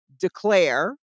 declare